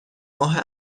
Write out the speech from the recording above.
ماه